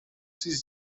sis